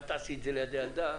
אל תעשי את זה ליד הילדה.